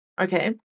okay